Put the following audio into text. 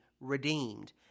redeemed